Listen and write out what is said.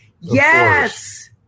Yes